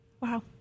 wow